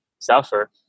Suffer